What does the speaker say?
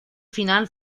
final